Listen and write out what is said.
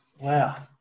wow